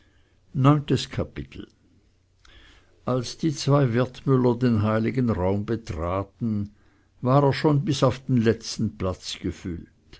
neuntes kapitel als die zwei wertmüller den heiligen raum betraten war er schon bis auf den letzten platz gefüllt